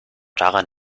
daran